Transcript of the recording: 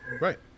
Right